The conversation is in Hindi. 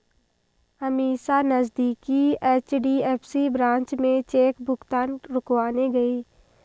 अमीषा नजदीकी एच.डी.एफ.सी ब्रांच में चेक भुगतान रुकवाने गई